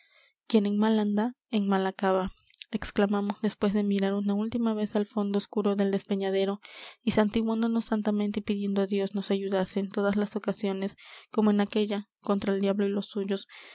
quien en mal anda en mal acaba exclamamos después de mirar una última vez al fondo oscuro del despeñadero y santiguándonos santamente y pidiendo á dios nos ayudase en todas las ocasiones como en aquella contra el diablo y los suyos